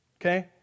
okay